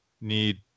need